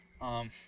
Um-